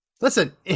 listen